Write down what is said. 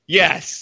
yes